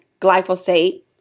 glyphosate